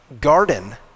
garden